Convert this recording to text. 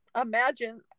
imagine